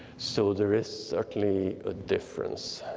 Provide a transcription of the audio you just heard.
so there is certainly a difference